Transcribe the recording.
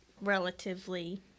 relatively